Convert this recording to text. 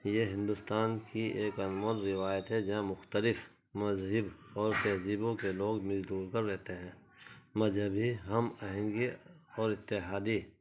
یہ ہندوستان کی ایک انمول روایت ہے جہاں مختلف مذہب اور تہذیبوں کے لوگ مل جل کر رہتے ہیں مذہبی ہم آہنگی اور اتحادی